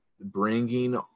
bringing